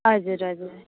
हजुर हजुर